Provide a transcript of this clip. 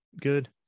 Good